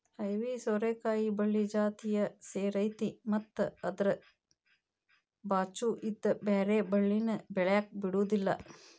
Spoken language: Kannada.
ಐವಿ ಸೋರೆಕಾಯಿ ಬಳ್ಳಿ ಜಾತಿಯ ಸೇರೈತಿ ಮತ್ತ ಅದ್ರ ಬಾಚು ಇದ್ದ ಬ್ಯಾರೆ ಬಳ್ಳಿನ ಬೆಳ್ಯಾಕ ಬಿಡುದಿಲ್ಲಾ